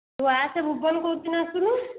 ତୁ ଆସେ ଭୁବନ କେଉଁଦିନ ଆସୁନୁ